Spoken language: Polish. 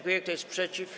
Kto jest przeciw?